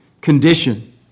condition